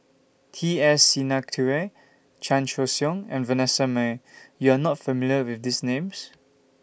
T S Sinnathuray Chan Choy Siong and Vanessa Mae YOU Are not familiar with These Names